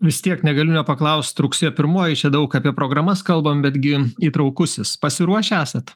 vis tiek negaliu nepaklaust rugsėjo pirmoji čia daug apie programas kalbam betgi įtraukusis pasiruošę esat